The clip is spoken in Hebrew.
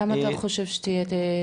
למה אתה חושב שתהיה?